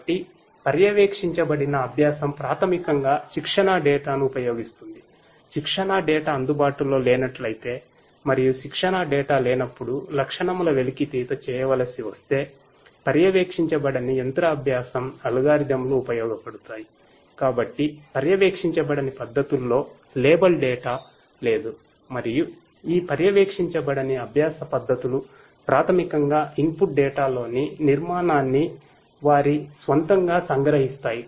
కాబట్టి పర్యవేక్షించబడిన అభ్యాసం ప్రాథమికంగా శిక్షణ డేటా లోని నిర్మాణాన్ని వారి స్వంతంగా సంగ్రహిస్తాయి